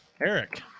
Eric